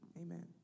Amen